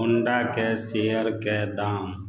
होंडाके शेयरके दाम